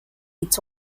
its